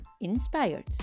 inspired